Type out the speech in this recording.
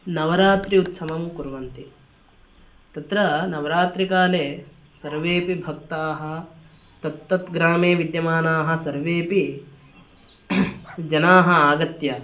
नवरात्रि उत्सवं कुर्वन्ति तत्र नवरात्रिकाले सर्वेपि भक्ताः तत्तत् ग्रामे विद्यमानाः सर्वेपि जनाः आगत्य